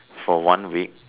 for one week